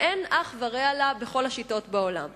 ואין אח ורע לה בכל השיטות בעולם.